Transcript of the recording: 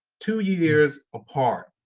two years apart.